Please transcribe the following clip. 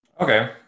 Okay